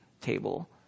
table